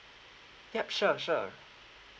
yup sure sure